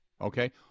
okay